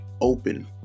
open